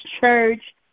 Church